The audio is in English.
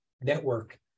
network